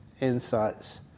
insights